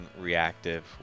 reactive